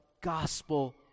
gospel